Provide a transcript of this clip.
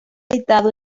editado